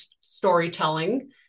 storytelling